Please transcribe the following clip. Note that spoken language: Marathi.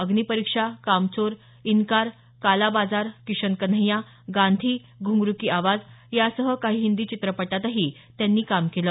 अग्निपरीक्षा कामचोर इन्कार काला बाजार किशन कन्हैय्या गांधी घुंगरू की आवाज यासही काही हिंदी चित्रपटातही त्यांनी काम केलं